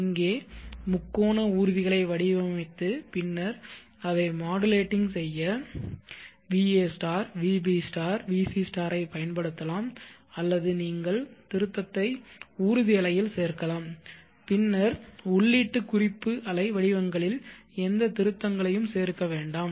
இங்கே முக்கோண ஊர்திகளை வடிவமைத்து பின்னர் அதை மாடுலேட்டிங் செய்ய va vb vc ஐ பயன்படுத்தலாம் அல்லது நீங்கள் திருத்தத்தை ஊர்தி அலையில் சேர்க்கலாம் பின்னர் உள்ளீட்டு குறிப்பு அலை வடிவங்களில் எந்த திருத்தங்களையும் சேர்க்க வேண்டாம்